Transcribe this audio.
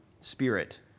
spirit